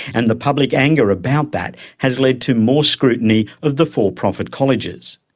and the public anger about that has led to more scrutiny of the for-profit colleges.